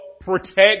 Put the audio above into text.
protect